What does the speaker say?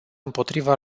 împotriva